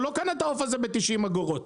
הוא לא קנה את בתשעים אגורות.